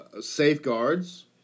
safeguards